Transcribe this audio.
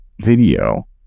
video